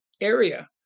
area